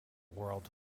world